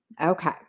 Okay